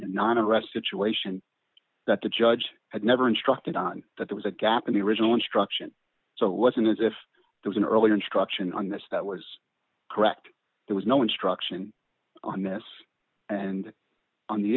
sion that the judge had never instructed on that there was a gap in the original instruction so it wasn't as if there's an earlier instruction on this that was correct there was no instruction on this and on the